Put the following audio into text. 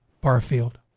Barfield